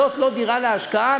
זאת לא דירה להשקעה,